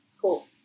Cool